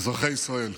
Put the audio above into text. אזרחי ישראל,